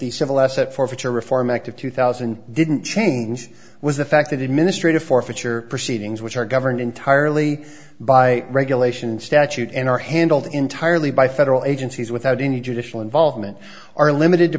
e civil asset forfeiture reform act of two thousand didn't change was the fact that administrators forfeiture proceedings which are governed entirely by regulation statute and are handled entirely by federal agencies without any judicial involvement are limited to